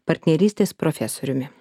partnerystės profesoriumi